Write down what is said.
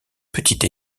petite